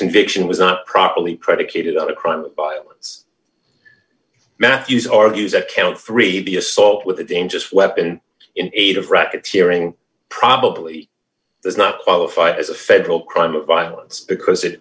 conviction was not properly predicated on a crime of violence matthews argues that count three the assault with a dangerous weapon in aid of racketeering probably does not qualify as a federal crime of violence because it